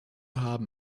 haben